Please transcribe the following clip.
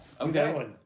Okay